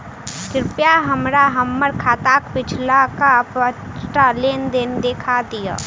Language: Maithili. कृपया हमरा हम्मर खाताक पिछुलका पाँचटा लेन देन देखा दियऽ